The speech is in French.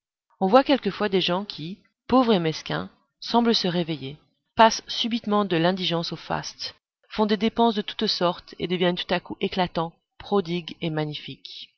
on voit quelquefois des gens qui pauvres et mesquins semblent se réveiller passent subitement de l'indigence au faste font des dépenses de toutes sortes et deviennent tout à coup éclatants prodigues et magnifiques